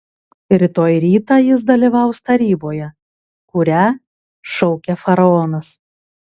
rytoj rytą jis dalyvaus taryboje kurią šaukia faraonas